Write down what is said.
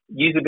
usability